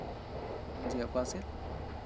ᱡᱮ ᱚᱠᱟ ᱥᱮᱫ